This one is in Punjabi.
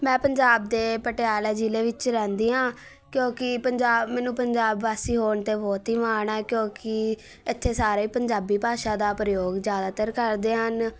ਮੈਂ ਪੰਜਾਬ ਦੇ ਪਟਿਆਲਾ ਜ਼ਿਲ੍ਹੇ ਵਿੱਚ ਰਹਿੰਦੀ ਹਾਂ ਕਿਉਂਕਿ ਪੰਜਾਬ ਮੈਨੂੰ ਪੰਜਾਬ ਵਾਸੀ ਹੋਣ 'ਤੇ ਬਹੁਤ ਹੀ ਮਾਣ ਹੈ ਕਿਉਂਕਿ ਇੱਥੇ ਸਾਰੇ ਪੰਜਾਬੀ ਭਾਸ਼ਾ ਦਾ ਪ੍ਰਯੋਗ ਜ਼ਿਆਦਾਤਰ ਕਰਦੇ ਹਨ